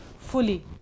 fully